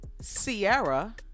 Sierra